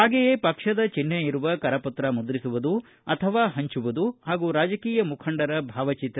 ಹಾಗೆಯೇ ಪಕ್ಷದ ಚಿಹ್ನೆ ಇರುವ ಕರಪತ್ರ ಮುದ್ರಿಸುವುದು ಅಥವಾ ಪಂಚುವುದು ಪಾಗೂ ರಾಜಕೀಯ ಮುಖಂಡರ ಭಾವಚಿತ್ರ